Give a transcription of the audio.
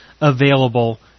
available